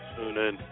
TuneIn